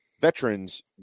Veterans